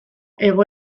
hego